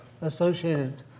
associated